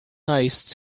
nice